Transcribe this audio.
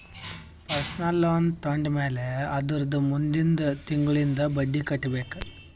personal loan ತೊಂಡಮ್ಯಾಲ್ ಅದುರ್ದ ಮುಂದಿಂದ್ ತಿಂಗುಳ್ಲಿಂದ್ ಬಡ್ಡಿ ಕಟ್ಬೇಕ್